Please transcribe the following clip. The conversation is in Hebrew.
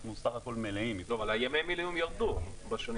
אנחנו בסך הכל מלאים -- אבל ימי המילואים ירדו בשנים